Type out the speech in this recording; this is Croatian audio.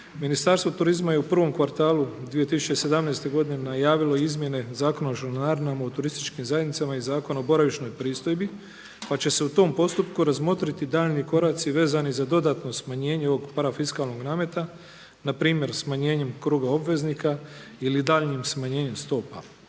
Ministarstvo turizma je u prvom kvartalu 2017. godine najavilo izmjene Zakona o članarinama u turističkim zajednicama i Zakona o boravišnoj pristojbi pa će se u tom postupku razmotriti daljnji koraci vezani za dodatno smanjenje ovog parafiskalnog nameta, npr. smanjenjem kruga obveznika ili daljnjim smanjenjem stopa.